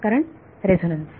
कारण रेझोनन्स